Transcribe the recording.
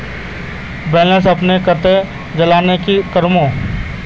Balance अपने कते जाले की करूम?